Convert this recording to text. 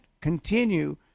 continue